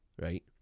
right